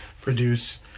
produce